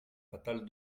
fatale